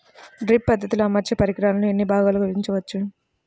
Drip పద్ధతిలో అమర్చే పరికరాలను ఎన్ని భాగాలుగా విభజించవచ్చు?